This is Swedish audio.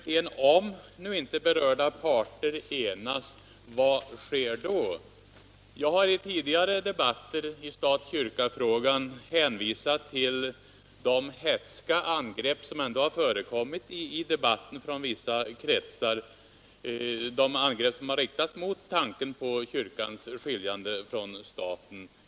Men om nu inte berörda parter enas, vad sker då, herr Wirtén? Jag har i tidigare debatter i stat-kyrka-frågan hänvisat till de hätska angrepp som gjorts från vissa kretsar mot tanken på kyrkans skiljande från staten.